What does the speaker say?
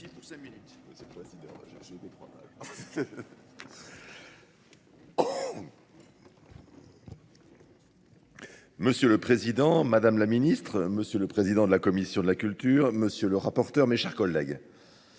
Monsieur le Président, Madame la Ministre, Monsieur le Président de la Commission de la Culture, Monsieur le Rapporteur, mes chers collègues,